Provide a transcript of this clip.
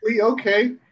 Okay